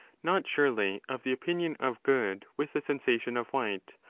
not surely of the opinion of good with the sensation of white,